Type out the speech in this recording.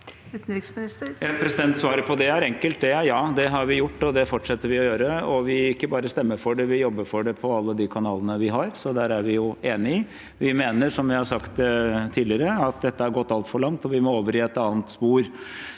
Sva- ret på det er enkelt, det er ja, det har vi gjort, og det fortsetter vi å gjøre. Vi ikke bare stemmer for det, vi jobber for det i alle de kanalene vi har. Så der er vi jo enige. Vi mener, som jeg har sagt tidligere, at dette har gått altfor langt, og vi må over i et annet spor.